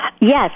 Yes